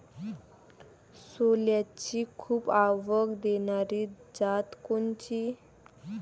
सोल्याची खूप आवक देनारी जात कोनची?